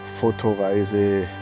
Fotoreise